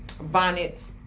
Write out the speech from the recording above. bonnets